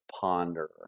ponder